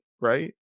right